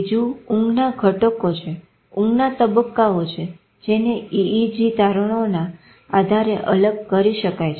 બીજું ઊંઘના ઘટકો છે ઊંઘના તબ્બકાઓ છે જેને EEG તારણોના આધારે અલગ કરી શકાય છે